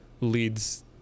leads